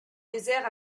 désert